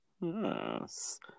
yes